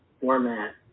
format